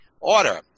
order